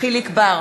יחיאל חיליק בר,